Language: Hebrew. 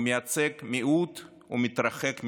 הוא מייצג מיעוט ומתרחק מהרוב.